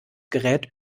gerät